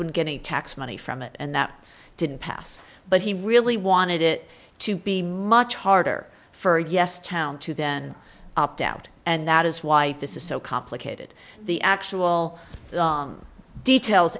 when getting tax money from it and that didn't pass but he really wanted it to be much harder for us town to then opt out and that is why this is so complicated the actual details